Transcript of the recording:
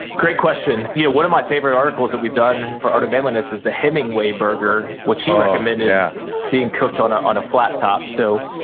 great question. yeah one of my favorite articles that we've done for art of manliness is the hemingway burger, which you recommended, oh, yeah being cooked on ah on a flat top. so,